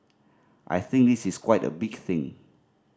I think this is quite a big thing